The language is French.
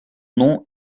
nom